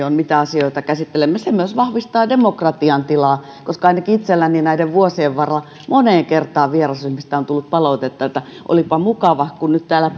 on mitä asioita käsittelemme se myös vahvistaa demokratian tilaa koska ainakin itselleni näiden vuosien varrella moneen kertaan vierasryhmistä on tullut palautetta että olipa mukava kun nyt täällä